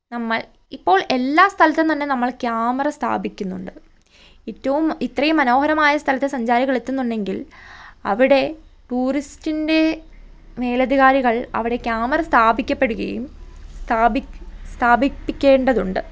നമ്മൾ ഇപ്പോൾ എല്ലാ സ്ഥലത്തും തന്നെ നമ്മൾ ക്യാമറ സ്ഥാപിക്കുന്നുണ്ട് എറ്റവും ഇത്രയും മനോഹരമായ സ്ഥലത്ത് സഞ്ചാരികളെത്തുന്നുണ്ടെങ്കിൽ ൽ അവിടെ ടൂറിസ്റ്റിൻ്റെ മേലധികാരികൾ അവിടെ കേമറ സ്ഥാപിക്കപ്പെടുകയും സ്ഥാപിപ്പിക്കേണ്ടതുണ്ട്